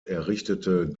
errichtete